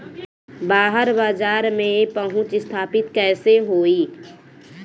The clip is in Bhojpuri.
बाहर बाजार में पहुंच स्थापित कैसे होई?